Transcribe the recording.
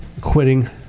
quitting